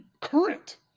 current